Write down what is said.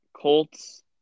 Colts